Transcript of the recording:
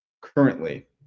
currently